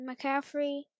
McCaffrey